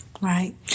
Right